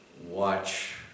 watch